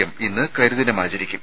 M ഇന്ന് കരിദിനം ആചരിക്കും